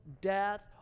death